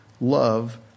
love